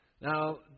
Now